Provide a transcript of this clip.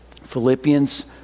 Philippians